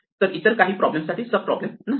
तर इतर काही प्रॉब्लेम्स साठी सब प्रॉब्लेम नसतात